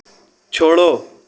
छोड़ो